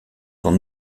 sont